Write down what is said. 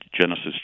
Genesis